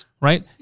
right